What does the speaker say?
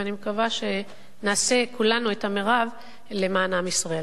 ואני מקווה שנעשה כולנו את המירב למען עם ישראל.